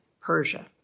Persia